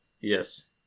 yes